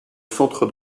centre